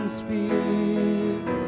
speak